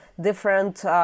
different